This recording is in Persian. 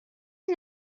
این